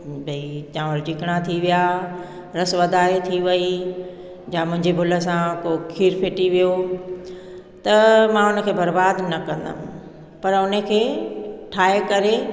भाई चांवर चिकणा थी विया रस वधारे थी वई जां मुंहिंजी भुल सां को खीरु फिटी वियो त मां उन खे बरबादु न कंदमि पर उन खे ठाहे करे